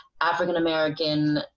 african-american